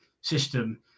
system